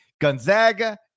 Gonzaga